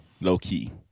low-key